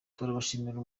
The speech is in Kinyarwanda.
turabashimira